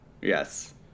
Yes